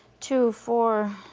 two, four,